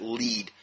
lead